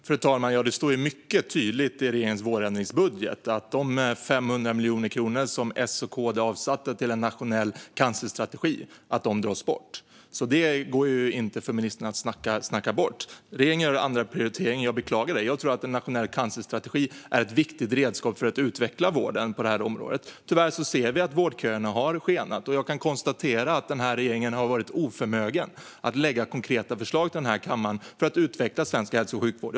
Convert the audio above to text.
Fru talman! Det står mycket tydligt i regeringens vårändringsbudget att de 500 miljoner kronor som M och KD avsatte till en nationell cancerstrategi dras bort. Det går inte för ministern att snacka bort. Regeringen gör andra prioriteringar, och jag beklagar det. Jag tror att en nationell cancerstrategi är ett viktigt redskap för att utveckla vården på det här området. Tyvärr ser vi att vårdköerna har skenat, och jag kan konstatera att regeringen har varit oförmögen att lägga fram konkreta förslag till den här kammaren för att utveckla svensk hälso och sjukvård.